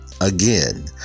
again